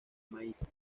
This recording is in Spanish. maíz